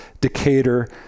Decatur